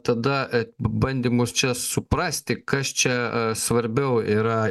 tada bandymus čia suprasti kas čia svarbiau yra